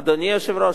אדוני היושב-ראש,